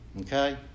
Okay